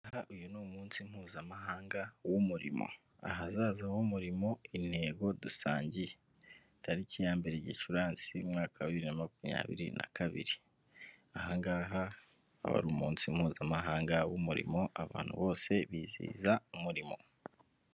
Aha uyu ni umunsi mpuzamahanga w'umurimo, ahazaza h'umurimo intego dusangiye, itariki ya mbere Gicurasi, umwaka wa bibiri na makumyabiri na kabiri, aha ngaha wari umunsi mpuzamahanga w'umurimo abantu bose bizihiza umurimo.